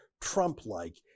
Trump-like